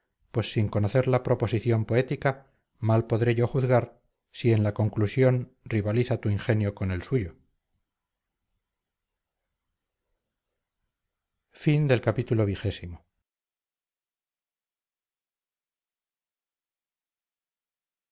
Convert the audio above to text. pues sin conocer la proposición poética mal podré yo juzgar si en la conclusión rivaliza tu ingenio con el suyo